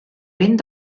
vent